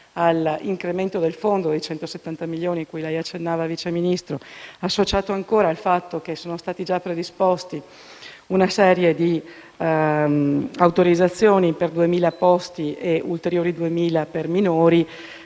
all'incremento del fondo dei 170 milioni cui lei accennava, Vice Ministro, associato ancora al fatto che è già stata predisposta una serie di autorizzazioni per 2.000 posti (e ulteriori 2.000 posti) per minori,